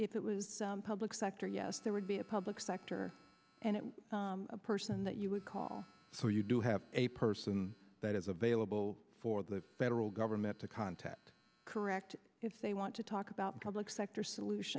if it was public sector yes there would be a public sector and a person that you would call so you do have a person that is available for the federal government to contact correct if they want to talk about public sector solution